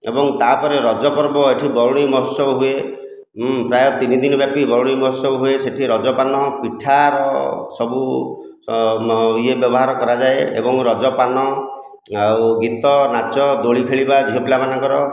ଏବଂ ତା'ପରେ ରଜ ପର୍ବ ଏଠି ବରୁଣେଇ ମହୋତ୍ସବ ହୁଏ ପ୍ରାୟ ତିନି ଦିନ ବ୍ୟାପି ବରୁଣେଇ ମହୋତ୍ସବ ହୁଏ ସେଠି ରଜ ପାଳନ ପିଠାର ସବୁ ଇଏ ବ୍ୟବହାର କରାଯାଏ ଏବଂ ରଜ ପାନ ଆଉ ଗୀତ ନାଚ ଦୋଳି ଖେଳିବା ଝିଅ ପିଲାମାନଙ୍କର